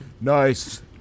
nice